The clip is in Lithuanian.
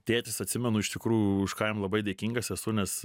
tėtis atsimenu iš tikrųjų už ką jam labai dėkingas esu nes